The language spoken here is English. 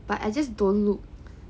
but I just don't look